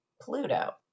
Pluto